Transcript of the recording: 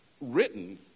written